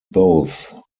both